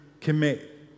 commit